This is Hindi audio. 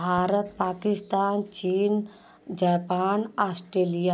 भारत पकिस्तान चीन जापान ऑस्ट्रेलिया